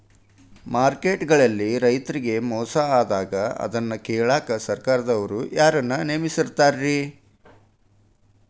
Market ಗಳಲ್ಲಿ ರೈತರಿಗೆ ಮೋಸ ಆದಾಗ ಅದನ್ನ ಕೇಳಾಕ್ ಸರಕಾರದವರು ಯಾರನ್ನಾ ನೇಮಿಸಿರ್ತಾರಿ?